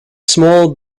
small